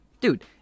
dude